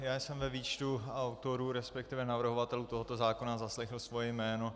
Já jsem ve výčtu autorů, resp. navrhovatelů tohoto zákona zaslechl svoje jméno.